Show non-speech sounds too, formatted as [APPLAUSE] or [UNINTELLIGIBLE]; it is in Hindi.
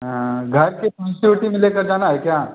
हाँ घर के [UNINTELLIGIBLE] में लेकर जाना है क्या